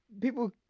people